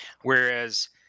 whereas